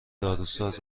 داروساز